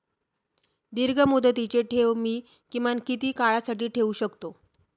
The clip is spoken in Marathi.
दीर्घमुदतीचे ठेव मी किमान किती काळासाठी ठेवू शकतो?